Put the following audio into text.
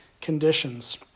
conditions